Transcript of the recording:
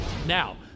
Now